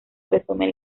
resumen